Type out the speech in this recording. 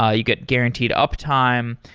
ah you get guaranteed uptime.